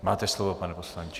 Máte slovo, pane poslanče.